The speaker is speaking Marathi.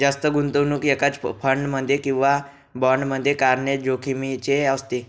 जास्त गुंतवणूक एकाच फंड मध्ये किंवा बॉण्ड मध्ये करणे जोखिमीचे असते